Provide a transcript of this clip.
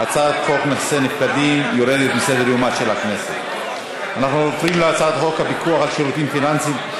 ההצעה להעביר לוועדה את הצעת חוק נכסי נפקדים (תיקון,